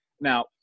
now